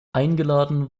eingeladen